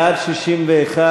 המטה לביטחון לאומי,